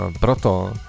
proto